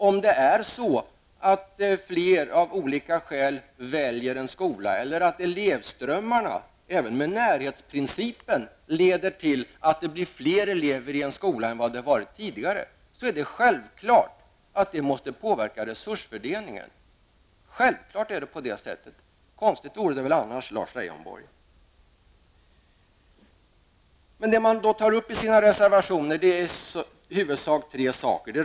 Om fler av olika skäl väljer en skola eller om elevströmmarna, även med närhetsprincipen, leder till att det blir fler elever i en skola än det har varit tidigare, är det självklart att det måste påverka resursfördelningen. Konstigt vore det annars Lars Det som tas upp i reservationer är i huvudsak tre saker.